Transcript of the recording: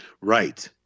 Right